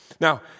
Now